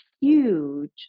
huge